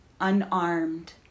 unarmed